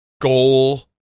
goal